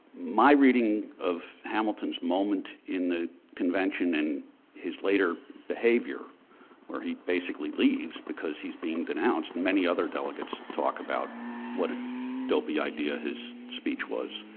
my reading of hamilton's moment in the convention and his later behavior where he basically leaves because he's being denounced, and many other delegates talked about what a dopey idea his speech was.